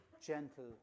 gentle